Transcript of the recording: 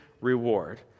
reward